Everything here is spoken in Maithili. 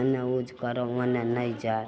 एन्ने उज करऽ ओन्ने नहि जा